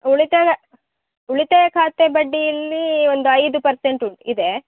ಉಳಿತಾಗ ಉಳಿತಾಯ ಖಾತೆ ಬಡ್ಡಿ ಇಲ್ಲಿ ಒಂದು ಐದು ಪರ್ಸೆಂಟ್ ಉಂಟು ಇದೆ